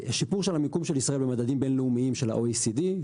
שיפור של המיקום של ישראל במדדים בינלאומיים של ה-OECD.